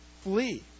flee